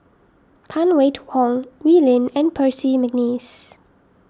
Phan Wait Hong Wee Lin and Percy McNeice